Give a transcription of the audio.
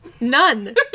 none